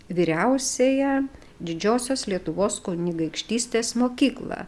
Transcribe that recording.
vyriausiąją didžiosios lietuvos kunigaikštystės mokyklą